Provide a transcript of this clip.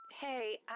Hey